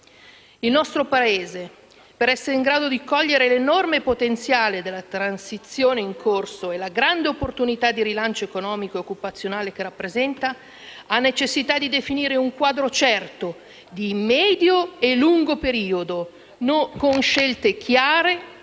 Il nostro Paese, per essere in grado di cogliere l'enorme potenziale della transizione in corso e la grande opportunità di rilancio economico ed occupazionale che rappresenta, ha necessità di definire un quadro certo di medio e lungo periodo, con scelte chiare